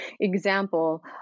example